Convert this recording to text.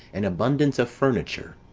and abundance of furniture.